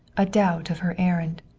a doubt of her errand.